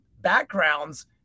backgrounds